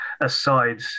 aside